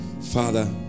Father